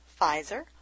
Pfizer